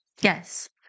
Yes